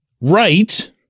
right